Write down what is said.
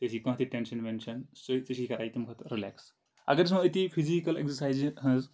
ژےٚ زی کانٛہہ تہِ ٹیٚنشن وینٛشن سُیۍ ژےٚ چھی آیہِ تمہِ خٲطرٕ رِلیکٕس اَگر أسۍ و أتی فِزکل اٮ۪کزارسایزِ ہٕنٛز